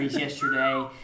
yesterday